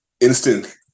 instant